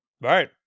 Right